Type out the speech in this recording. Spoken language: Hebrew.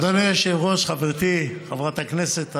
אדוני היושב-ראש, חברתי חברת הכנסת השואלת,